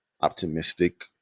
optimistic